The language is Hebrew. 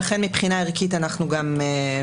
לגמרי.